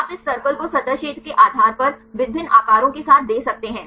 आप इस सर्कल को सतह क्षेत्र के आधार पर विभिन्न आकारों के साथ दे सकते हैं